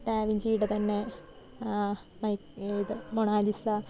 ഡാവിഞ്ചിടെ തന്നെ ഈ ഇത് മൊണോലിസ